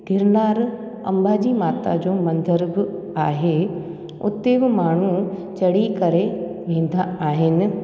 गिरनार अंबा जी माता जो मंदर बि आहे उते बि माण्हू चढ़ी करे वेंदा आहिनि